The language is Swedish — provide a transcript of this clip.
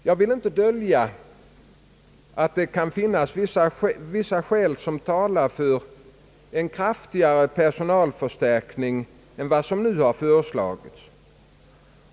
Jag vill inte dölja att det kan finnas vissa skäl som talar för en kraftigare personalförstärkning än den som nu har föreslagits.